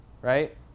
right